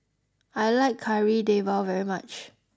I like Kari Debal very much